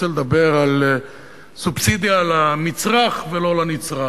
רוצה לדבר על סובסידיה על המצרך ולא לנצרך,